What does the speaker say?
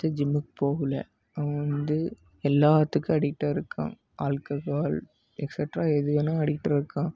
ஒருத்தன் ஜிம்முக்கு போகல அவன் வந்து எல்லாத்துக்கு அடிக்ட்டாக இருக்கான் ஆல்கஹால் எக்ஸட்ரா எதுவேனா அடிக்ட் இருக்கான்